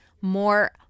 more